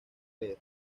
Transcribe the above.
leer